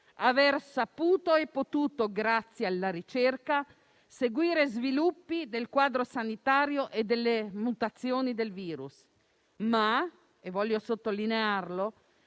aver saputo e potuto, grazie alla ricerca, seguire gli sviluppi del quadro sanitario e delle mutazioni del virus, ma - voglio sottolinearlo